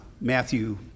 Matthew